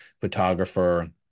photographer